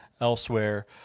elsewhere